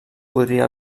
podria